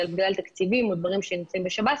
בגלל תקציבים או דברים שנמצאים בשב"ס,